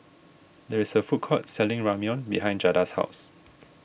there is a food court selling Ramyeon behind Jada's house